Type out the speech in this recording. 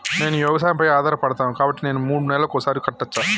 నేను వ్యవసాయం పై ఆధారపడతాను కాబట్టి నేను మూడు నెలలకు ఒక్కసారి కట్టచ్చా?